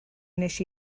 wnes